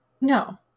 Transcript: no